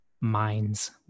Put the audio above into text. Minds